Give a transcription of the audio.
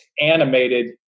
animated